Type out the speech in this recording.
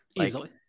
Easily